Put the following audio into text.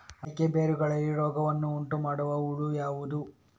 ಅಡಿಕೆಯ ಬೇರುಗಳಲ್ಲಿ ರೋಗವನ್ನು ಉಂಟುಮಾಡುವ ಹುಳು ಯಾವುದು?